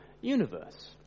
universe